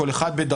כל אחד בדרכו,